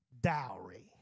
dowry